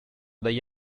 dagli